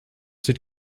sieht